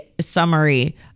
summary